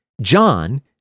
John